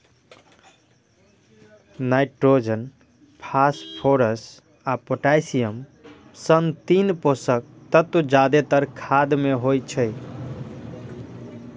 nitrogen, phosphorus आ potassium सन तीन पोषक तत्व जादेतर खाद मे होइ छै